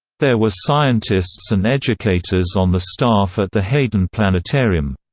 there were scientists and educators on the staff at the hayden planetarium.